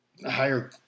higher